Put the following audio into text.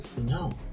No